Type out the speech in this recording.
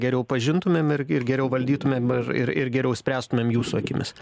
geriau pažintumėm ir ir geriau valdytumėm ir ir geriau spręstumėm jūsų akimis